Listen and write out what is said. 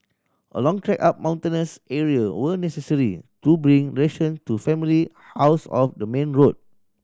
a long trek up mountainous area were necessary to bring ration to family housed off the main road